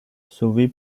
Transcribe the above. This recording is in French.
sauvé